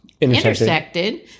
intersected